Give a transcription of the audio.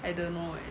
I don't know eh